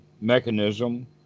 mechanism